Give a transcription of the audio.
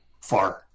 far